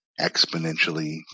exponentially